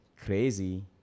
crazy